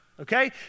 Okay